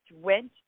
went